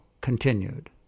continued